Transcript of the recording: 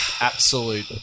absolute